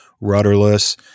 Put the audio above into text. rudderless